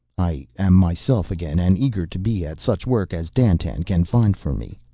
i am myself again and eager to be at such work as dandtan can find for me.